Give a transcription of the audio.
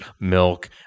milk